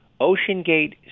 OceanGate